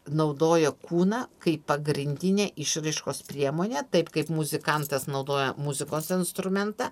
naudoja kūną kaip pagrindinę išraiškos priemonę taip kaip muzikantas naudoja muzikos instrumentą